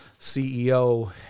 CEO